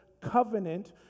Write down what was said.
covenant